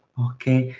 okay,